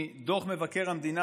מדוח מבקר המדינה,